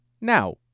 now